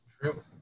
True